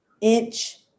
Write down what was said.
inch